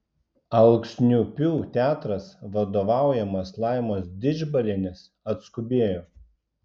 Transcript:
alksniupių teatras vadovaujamas laimos didžbalienės atskubėjo